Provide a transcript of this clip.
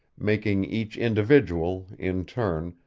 making each individual, in turn,